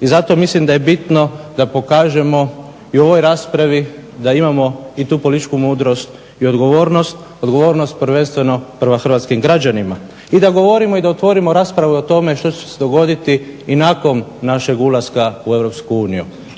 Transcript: I zato mislim da je bitno da pokažemo i u ovoj raspravi da imamo i tu političku mudrost i odgovornost. Odgovornost prvenstveno prema hrvatskim građanima. I da govorimo i da otvorimo rasprave o tome što će se dogoditi i nakon našeg ulaska u EU.